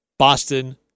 Boston